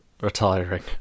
retiring